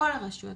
כל הרשויות,